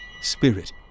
Spirit